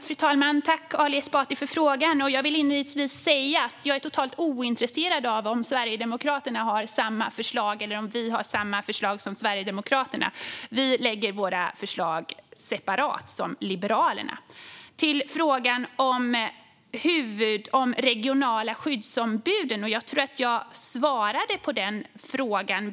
Fru talman! Tack, Ali Esbati, för frågan! Jag vill inledningsvis säga att jag är totalt ointresserad av om Sverigedemokraterna har samma förslag eller om vi har samma förslag som Sverigedemokraterna. Vi lägger fram våra förslag separat som Liberalerna. Jag övergår till frågan om de regionala skyddsombuden. Jag tror att jag svarade på den frågan.